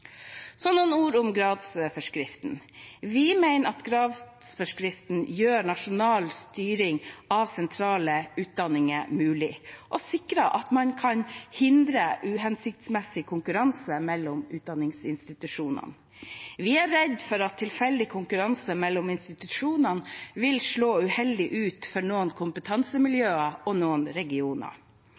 Så noen ord om gradsforskriften. Vi mener at gradsforskriften gjør nasjonal styring av sentrale utdanninger mulig og sikrer at man kan hindre uhensiktsmessig konkurranse mellom utdanningsinstitusjonene. Vi er redd for at tilfeldig konkurranse mellom institusjonene vil slå uheldig ut for noen kompetansemiljøer og noen regioner.